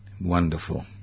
wonderful